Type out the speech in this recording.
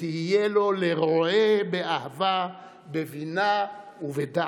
ותהיה לו לרועה באהבה, בבינה ובדעת.